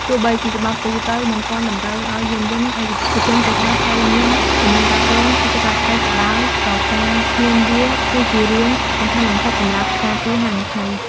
ទោះបីជាច្បាប់ទូទៅមិនទាន់តម្រូវឲ្យយានយន្តឯកជនទាំងអស់ត្រូវមានធានារ៉ាប់រងជាកាតព្វកិច្ចក៏ដោយ ក៏ការមានវាគឺជារឿង សំខាន់បំផុតសម្រាប់ការពារហានិភ័យ។